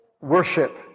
Worship